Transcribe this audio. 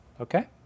Okay